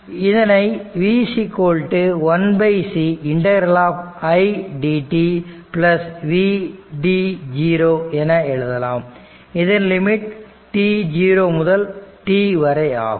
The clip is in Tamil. இதனை v 1c ∫i dt v என எழுதலாம் இதன் லிமிட் ஆனது t0 முதல் t வரை ஆகும்